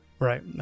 Right